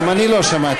גם אני לא שמעתי.